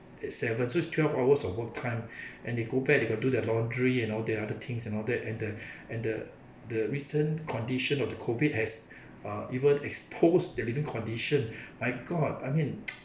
at seven so it's twelve hours of work time and they go back they got to do their laundry and all their other things and all that and the and the the recent condition of the COVID has uh even exposed the living condition my god I mean